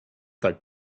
tak